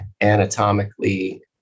anatomically